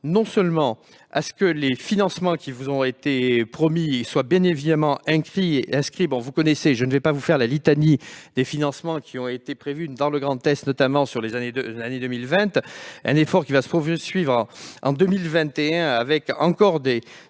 particulièrement à ce que les financements qui vous ont été promis soient bien évidemment inscrits. Je ne vais pas vous faire une longue litanie des financements qui ont été prévus dans le Grand Est, notamment sur l'année 2020. Cet effort va se poursuivre en 2021, avec encore de